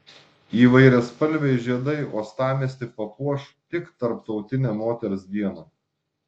įvairiaspalviai žiedai uostamiestį papuoš tik tarptautinę moters dieną